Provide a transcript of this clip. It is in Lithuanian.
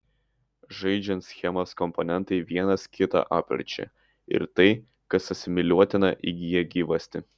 žaidžiant schemos komponentai vienas kitą apverčia ir tai kas asimiliuotina įgyja gyvastį